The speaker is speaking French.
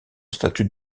statut